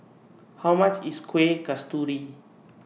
How much IS Kuih Kasturi